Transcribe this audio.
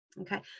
okay